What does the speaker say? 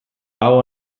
hau